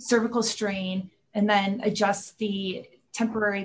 cervical strain and then adjust the temporary